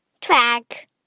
track